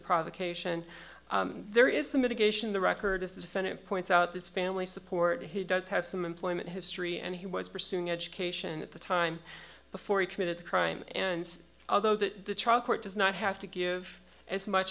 provocation there is the mitigation the record is the defendant points out this family support he does have some employment history and he was pursuing education at the time before he committed the crime and although the trial court does not have to give as much